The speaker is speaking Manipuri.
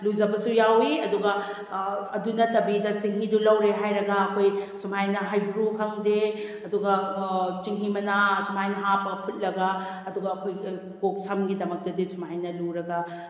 ꯂꯨꯖꯕꯁꯨ ꯌꯥꯎꯏ ꯑꯗꯨꯒ ꯑꯗꯨ ꯅꯠꯇꯕꯤꯗ ꯆꯦꯡꯍꯤꯗꯨ ꯂꯧꯔꯦ ꯍꯥꯏꯔꯒ ꯑꯩꯈꯣꯏ ꯁꯨꯃꯥꯏꯅ ꯍꯩꯒ꯭ꯔꯨ ꯈꯪꯗꯦ ꯑꯗꯨꯒ ꯆꯦꯡꯍꯤ ꯃꯅꯥ ꯁꯨꯃꯥꯏꯅ ꯍꯥꯞꯄꯒ ꯐꯨꯠꯂꯒ ꯑꯗꯨꯒ ꯑꯩꯈꯣꯏ ꯀꯣꯛ ꯁꯝꯒꯤꯗꯃꯛꯇꯗꯤ ꯁꯨꯃꯥꯏꯅ ꯂꯨꯔꯒ